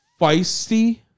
feisty